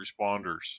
responders